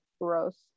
gross